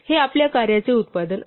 हे आपल्या कार्याचे उत्पादन आहे